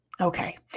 Okay